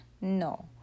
No